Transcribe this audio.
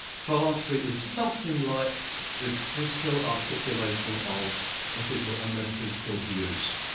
philosophy is something like the critical articulation of ethical and metaphysical views.